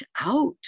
out